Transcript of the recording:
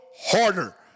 harder